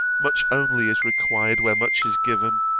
much only is required where much is given.